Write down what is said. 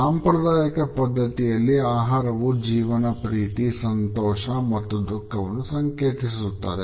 ಸಾಂಪ್ರದಾಯಿಕ ಪದ್ಧತಿಯಲ್ಲಿ ಆಹಾರವು ಜೀವನ ಪ್ರೀತಿ ಸಂತೋಷ ಮತ್ತು ದುಃಖವನ್ನು ಸಂಕೇತಿಸುತ್ತದೆ